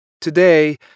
Today